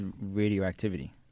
radioactivity